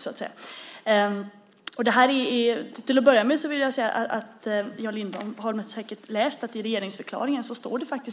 Jan Lindholm har säkert sett att det i regeringsförklaringen faktiskt